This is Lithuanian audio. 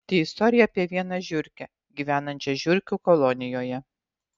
tai istorija apie vieną žiurkę gyvenančią žiurkių kolonijoje